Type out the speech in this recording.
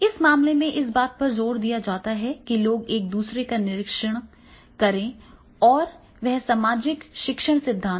इस मामले में इस बात पर जोर दिया जाता है कि लोग एक दूसरे का निरीक्षण करें और वह सामाजिक शिक्षण सिद्धांत है